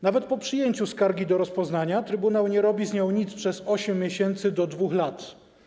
Nawet po przyjęciu skargi do rozpoznania trybunał nie robi z nią nic przez okres od 8 miesięcy do 2 lat.